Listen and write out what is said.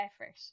effort